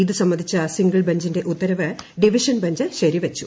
ഇതു സംബന്ധിച്ച സിംഗിൾ ബെഞ്ചിന്റെ ഉത്തരവ് ഡിവിഷൻ ബെഞ്ച് ശരിവച്ചു